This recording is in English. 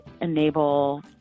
enable